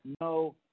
no